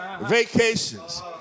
vacations